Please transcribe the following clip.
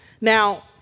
Now